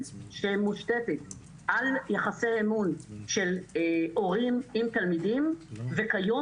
שמושתתת על יחסי אמון של הורים עם תלמידים וכיום